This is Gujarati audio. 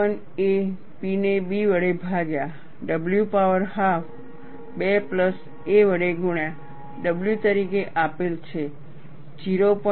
KI એ P ને B વડે ભાગ્યા w પાવર હાફ બે પ્લસ a વડે ગુણ્યા w તરીકે આપેલ છે 0